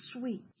sweet